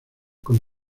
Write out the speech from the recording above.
con